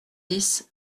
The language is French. dix